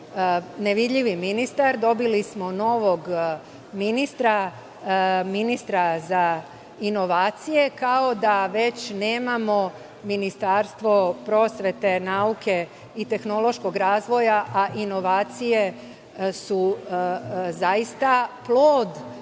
nevidljivi ministar. Dobili smo novog ministra, ministra za inovacije, kao da već nemamo Ministarstvo prosvete, nauke i tehnološkog razvoja, a inovacije su zaista plod